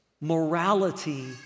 Morality